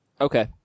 Okay